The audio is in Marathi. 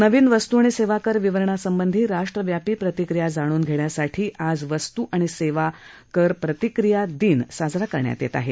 नवीन वस्तू आणि सेवाकर विवरणासंबंधी राष्ट्रव्यापी प्रतिक्रिया जाणून घेण्यासाठी आज वस्तू आणि सेवाकर प्रतिक्रिया दिवस साजरा करण्यात येत आहे